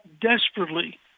desperately